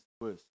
worse